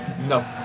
No